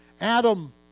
Adam